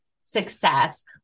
success